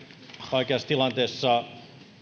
vaikeassa tilanteessa